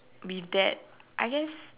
be that I guess